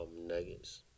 nuggets